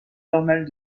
normale